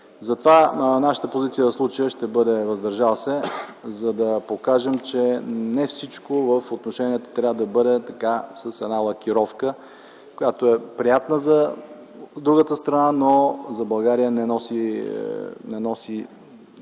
Затова нашата позиция в случая ще бъде „въздържал се”, за да покажем, че не всичко в отношенията трябва да бъде с една лакировка, която е приятна за другата страна, но за България не носи